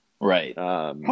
Right